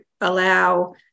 allow